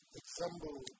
example